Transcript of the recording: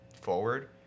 forward